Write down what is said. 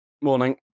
Morning